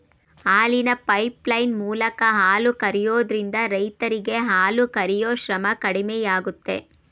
ಹಾಲಿನ ಪೈಪ್ಲೈನ್ ಮೂಲಕ ಹಾಲು ಕರಿಯೋದ್ರಿಂದ ರೈರರಿಗೆ ಹಾಲು ಕರಿಯೂ ಶ್ರಮ ಕಡಿಮೆಯಾಗುತ್ತೆ